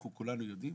אנחנו כולנו יודעים,